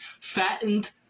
fattened